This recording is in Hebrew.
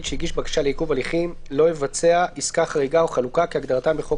שהגיש בקשה לעיכוב הליכים לא יבצע עסקה חריגה או חלוקה כהגדרתן בחוק